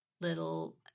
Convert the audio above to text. little